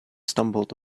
stumbled